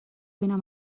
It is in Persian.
اینم